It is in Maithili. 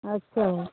अच्छा